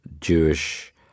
Jewish